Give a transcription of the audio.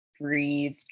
breathe